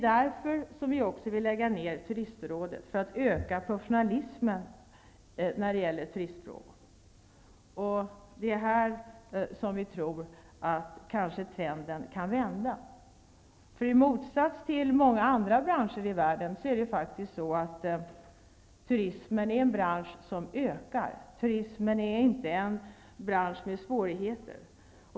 Det är för att öka professionalismen när det gäller turistfrågorna som vi också vill lägga ner turistrådet. Vi tror att trenden i och med detta kanske kan vända. I motsats till många andra branscher i världen är faktiskt turismen en bransch som ökar i omfattning. Turismen är inte en bransch med svårigheter.